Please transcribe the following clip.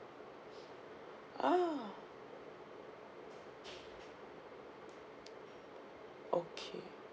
ah okay